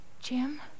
Jim